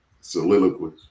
soliloquies